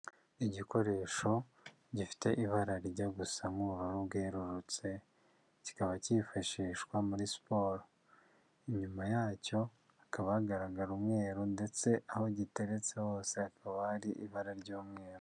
Igikoresho gifite ibara rijya gusa nk'ubururu bwerurutse kikaba cyifashishwa muri siporo, inyuma yacyo hakaba hagaragara umweru ndetse aho giteretse hose hakaba hari ibara ry'umweru.